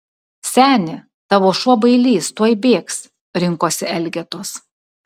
seni tavo šuo bailys tuoj bėgs rinkosi elgetos